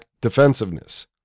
defensiveness